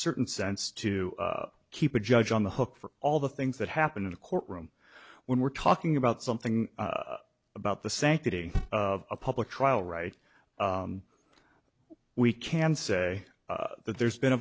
certain sense to keep a judge on the hook for all the things that happen in a courtroom when we're talking about something about the sanctity of a public trial right we can say that there's been a